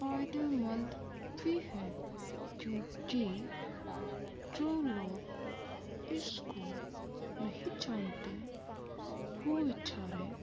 فائدے مند بھی ہے کیونکہ جو لوگ اس کو نہیں جانتے وہ بیچارے